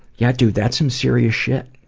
yeah dude that's some serious shit.